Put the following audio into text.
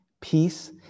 Peace